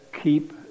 keep